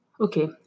Okay